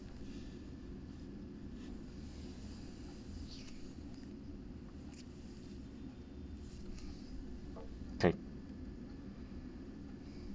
take